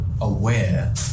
aware